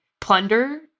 plunder